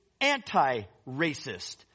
anti-racist